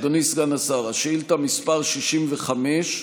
אדוני סגן השר, שאילתה מס' 65: